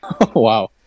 Wow